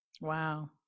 Wow